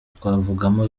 twavugamo